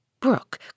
Brooke